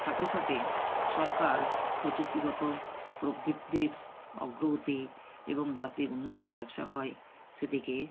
সাথে সাথে সরকার প্রযুক্তিগত প্রবৃত্তির অগ্রগতি এবং যাতে উন্নত ব্যবসা হয় সেদিকে